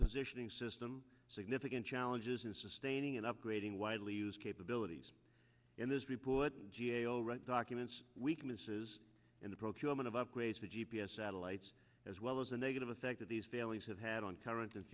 positioning system significant challenges in sustaining and upgrading widely used capabilities and this report g a o write documents weaknesses in the procurement of upgrades to g p s satellites as well as a negative effect that these failings have had on current and